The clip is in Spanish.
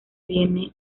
viene